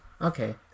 okay